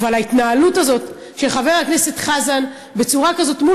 אבל ההתנהלות הזאת של חבר הכנסת חזן בצורה כזאת מול